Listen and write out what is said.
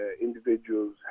individuals